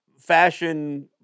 fashion